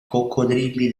coccodrilli